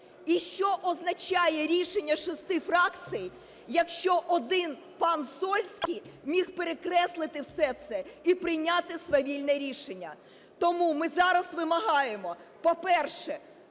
І що означає рішення шести фракцій, якщо один пан Сольський міг перекреслити все це і прийняти свавільне рішення? Тому ми зараз вимагаємо: по-перше,